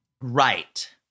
right